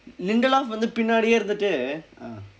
lindelof வந்து பின்னாடியே இருந்துட்டு:vandthu pinnaadiyee irundthutdu